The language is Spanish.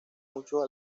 mucho